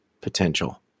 potential